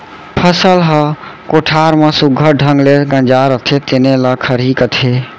फसल ह कोठार म सुग्घर ढंग ले गंजाय रथे तेने ल खरही कथें